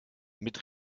mit